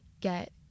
get